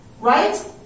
right